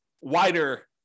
wider